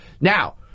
Now